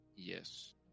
Yes